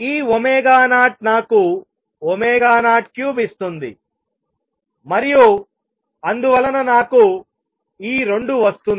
ఈ 0నాకు 03 ఇస్తుంది మరియు అందువలన నాకు ఈ రెండు వస్తుంది